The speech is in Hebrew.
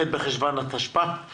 ח' בחשון התשפ"א.